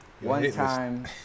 one-time